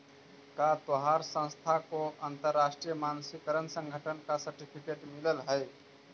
का तोहार संस्था को अंतरराष्ट्रीय मानकीकरण संगठन का सर्टिफिकेट मिलल हई